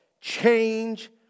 Change